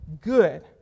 good